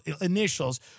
initials